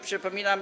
Przypominam.